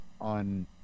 on